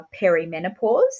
perimenopause